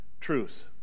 truth